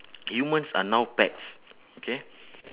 humans are now pets okay